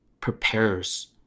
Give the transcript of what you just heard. prepares